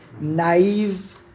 naive